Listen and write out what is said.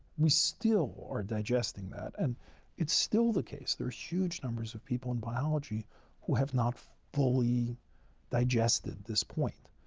we still are digesting that and it's still the case. there're huge numbers of people in biology who have not fully digested this point.